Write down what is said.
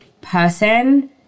person